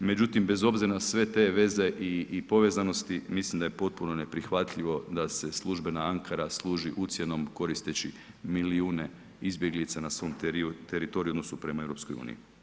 Međutim, bez obzira na sve te veze i povezanosti mislim da je potpuno neprihvatljivo da se službena Ankara služi ucjenom koristeći milijune izbjeglica na svom teritoriju u odnosu prema EU.